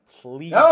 please